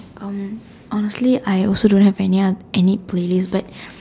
um honestly I also don't have any other any playlist but